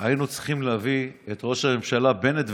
שהיינו צריכים להביא את ראש הממשלה בנט,